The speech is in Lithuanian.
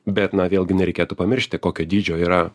bet na vėlgi nereikėtų pamiršti kokio dydžio yra